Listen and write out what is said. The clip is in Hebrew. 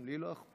את כביש הערבה,